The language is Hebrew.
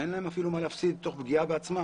שאין להם אפילו מה להפסיד ואפילו תוך פגיעה בעצמם.